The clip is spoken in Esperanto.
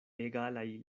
egalaj